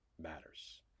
Matters